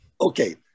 Okay